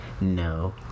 No